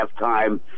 halftime